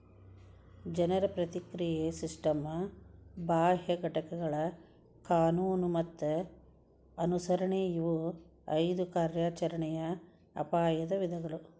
ಜನರ ಪ್ರಕ್ರಿಯೆಯ ಸಿಸ್ಟಮ್ ಬಾಹ್ಯ ಘಟನೆಗಳ ಕಾನೂನು ಮತ್ತ ಅನುಸರಣೆ ಇವು ಐದು ಕಾರ್ಯಾಚರಣೆಯ ಅಪಾಯದ ವಿಧಗಳು